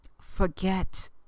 forget